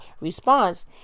response